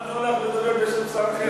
סוף-סוף נתנו לך לדבר בשם שר אחר.